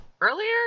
Earlier